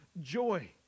Joy